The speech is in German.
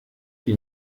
die